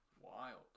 Wild